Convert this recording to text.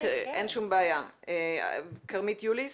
אין שום בעיה, עורכת הדין כרמית יוליס